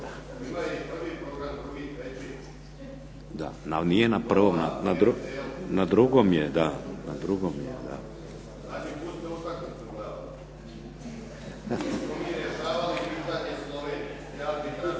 ali nije na prvom, na drugom je.